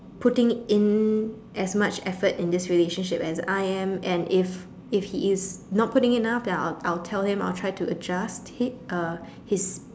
putting in as much effort in this relationship as I am and if if he is not putting enough then I'll I'll tell him I'll try to adjust it uh his